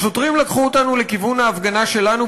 השוטרים לקחו אותנו לכיוון ההפגנה שלנו,